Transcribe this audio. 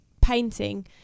painting